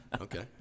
Okay